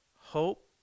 hope